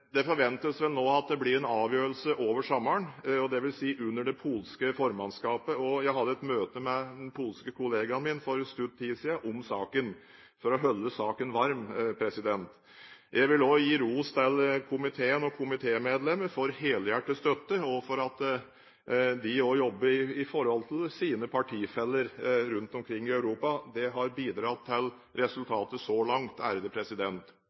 Det forventes vel nå at det blir en avgjørelse etter sommeren, dvs. under det polske formannskapet. Jeg hadde et møte med den polske kollegaen min for kort tid siden om saken – for å holde saken varm. Jeg vil også gi ros til komiteen og komitémedlemmene for helhjertet støtte, og for at de også jobber opp mot sine partifeller rundt omkring i Europa. Det har bidratt til resultatet så langt.